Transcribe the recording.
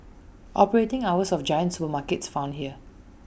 operating hours of giant supermarkets found here